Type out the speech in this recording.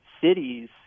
cities